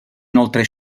inoltre